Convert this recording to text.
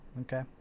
Okay